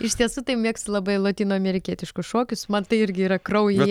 iš tiesų tai mėgstu labai lotynų amerikietiškus šokius man tai irgi yra kraujyje